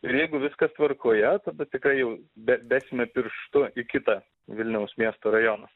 ir jeigu viskas tvarkoje tada tikrai jau be besime pirštu į kitą vilniaus miesto rajoną